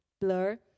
blur